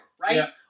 right